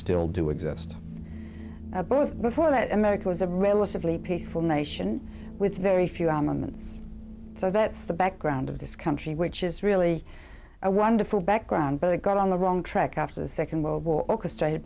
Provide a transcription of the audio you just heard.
still do exist both before that america was a relatively peaceful nation with very few armaments so that's the background of this country which is really a wonderful background but it got on the wrong track after the second world war orchestrated